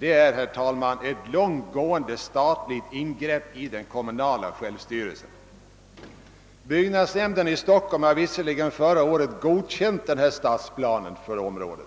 Det är, herr talman, ett långtgående statligt ingrepp i den kommunala självstyrelsen. Byggnadsnämnden i Stockholm har visserligen förra året godkänt stadsplanen för området,